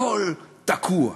הכול תקוע.